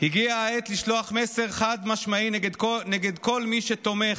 הגיע העת לשלוח מסר חד-משמעי נגד כל מי שתומך,